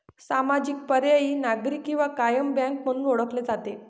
सामाजिक, पर्यायी, नागरी किंवा कायम बँक म्हणून ओळखले जाते